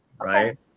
right